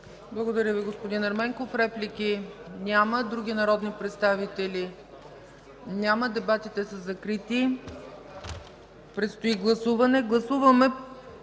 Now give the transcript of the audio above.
Благодаря Ви, господин Ерменков. Реплики? Няма. Други народни представители? Няма. Дебатите са закрити, предстои гласуване.